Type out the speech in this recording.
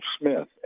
Smith